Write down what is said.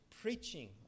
preaching